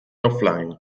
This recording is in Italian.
offline